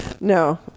No